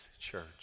church